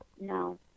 no